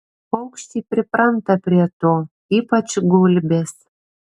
paukščiai pripranta prie to ypač gulbės